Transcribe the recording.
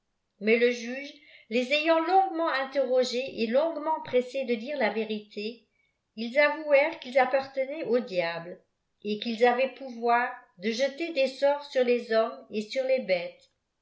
mais le juge les ayant longuement interrogés et longuement pressés de dire ia vérité ils avouèrent qu'ils appartenaient au diable et qu'ils avaient pouvoir de jeter des sorte sur les hommes et sur les bêtes